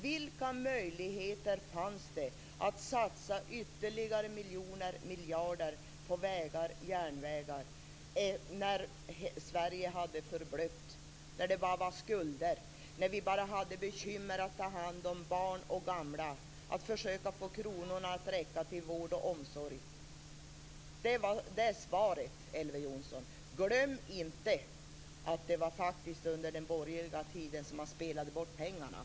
Vilka möjligheter fanns det att satsa ytterligare miljarder på vägar och järnvägar när Sverige hade förblött, då det bara var skulder, när vi bara hade bekymmer att ta hand om barn och gamla och att försöka få kronorna att räcka till vård och omsorg? Det är svaret, Elver Jonsson. Glöm inte att det faktiskt var under den borgerliga tiden som man spelade bort pengarna.